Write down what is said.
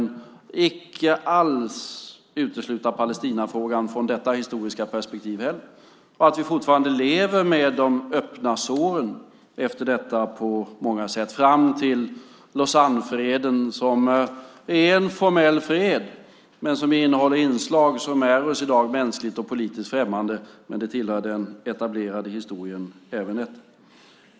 Vi ska icke alls utesluta Palestinafrågan från detta historiska perspektiv. Vi lever fortfarande med de öppna såren efter detta fram till Lausannefreden, som är en formell fred men som innehåller inslag som är oss i dag mänskligt och politiskt främmande. Men även det tillhör den etablerade historien.